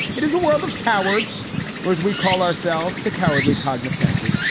it is a world of cowards or as we call ourselves, the cowardly cognize senti.